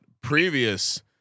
previous